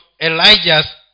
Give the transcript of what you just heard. Elijah's